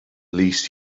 least